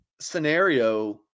scenario